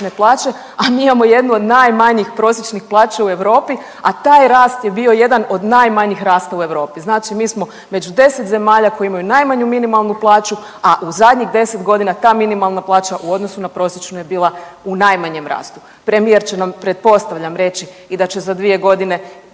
a mi imamo jednu od najmanjih prosječnih plaća u Europi, a taj rast je bio jedan od najmanjih rasta u Europi. Znači mi smo među 10 zemalja koje imaju najmanju minimalnu plaću, a u zadnjih 10 godina ta minimalna plaća u odnosu na prosječnu je bila u najmanjem rastu. Premijer će nam pretpostavljam reći i da će za dvije godine